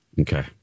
Okay